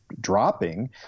dropping